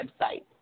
website